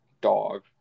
dog